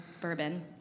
bourbon